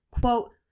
quote